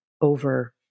over